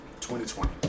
2020